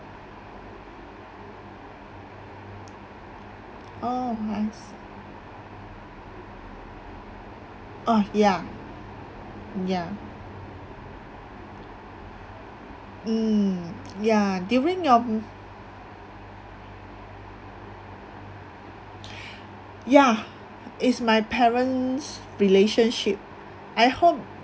oh I see oh ya ya mm ya during your yeah it's my parents relationship I hope